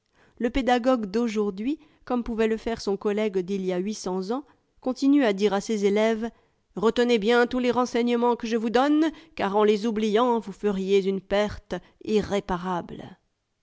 le pédagog'ue d'aujourd'hui comme pouvait le faire son collègue d'il y a huit cents ans continue à dire à ses élèves retenez bien tous les renseignements que je vous donne car en les oubliant vous feriez une erte irréparable